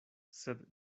sed